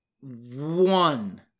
one